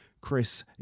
Chris